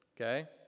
okay